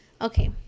okay